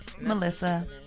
Melissa